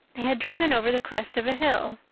had driven over the crest of a hill.